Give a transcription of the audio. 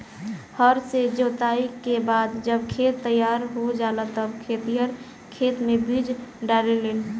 हर से जोताई के बाद जब खेत तईयार हो जाला तब खेतिहर खेते मे बीज डाले लेन